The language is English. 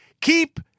keep